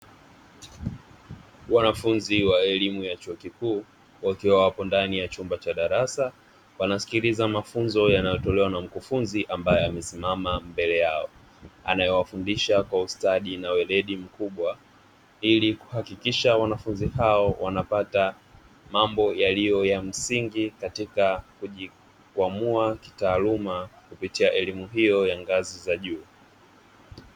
Wanafunzi wa elimu ya chuo kikuu, wakiwa hapa ndani ya chumba cha darasa, wanasikiliza mafunzo yanayotolewa na mkufunzi ambaye amesimama mbele yao. Anayewafundisha kwa ustadi na weledi mkubwa, ili kuhakikisha wanafunzi hao wanapata mambo yaliyo ya msingi katika kujikwamua kitaaluma kupitia elimu hiyo ya ngazi za juu.